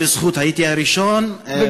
זה בזכות היותי הראשון במליאה,